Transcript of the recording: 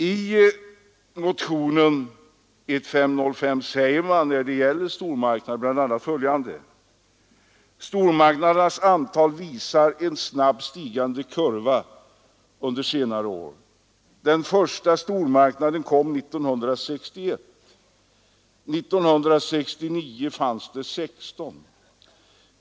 I motionen 1505 heter det när det gäller stormarknad bl.a. följande: ”Stormarknadernas antal visar en snabbt stigande kurva under senare år. Den första stormarknaden kom 1961. 1969 fanns det 16.